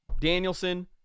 Danielson